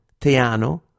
Teano